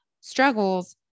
struggles